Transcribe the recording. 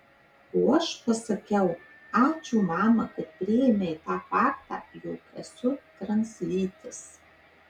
o aš pasakiau ačiū mama kad priėmei tą faktą jog esu translytis